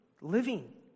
living